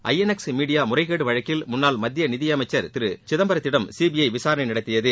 ஐ N X media முறைகேடு வழக்கில் முன்னாள் மத்திய நிதியமைச்சர் திரு சிதம்பரத்திடம் விசாரணை நடத்தியது